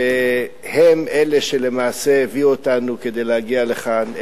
שהם שהביאו אותנו כדי להגיע לכאן למעשה,